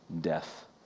death